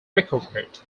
recovered